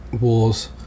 wars